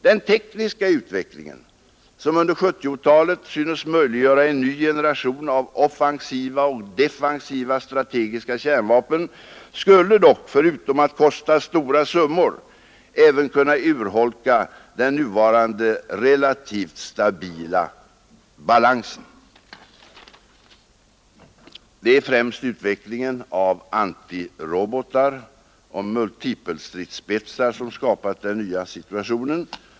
Den tekniska utvecklingen, som under 1970-talet synes möjliggöra en ny generation av offensiva och defensiva strategiska kärnvapen, skulle dock förutom att kosta stora summor även kunna urholka den nuvarande relativt stabila balansen; det är främst utvecklingen av antirobotar och multipelstridsspetsar som skapat den nya situationen.